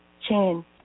Chin